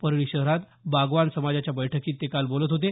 परळी शहरात बागवान समाजाच्या बैठकीत ते काल बोलत होते